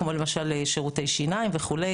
כמו למשל שירותי שיניים וכו'.